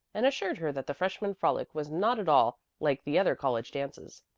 and assured her that the freshman frolic was not at all like the other college dances.